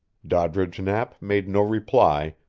doddridge knapp made no reply,